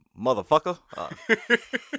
motherfucker